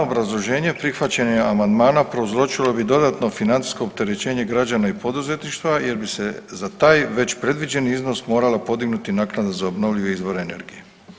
Obrazloženje, prihvaćanje amandmana prouzročilo bi dodatno financijsko opterećenje građana i poduzetništva jer bi se za taj već predviđeni iznos morala podignuti naknada za obnovljive izvore energije.